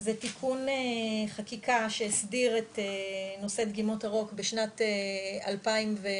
זה תיקון חקיקה שהסדיר את נושא דגימות הרוק בשנת 2018,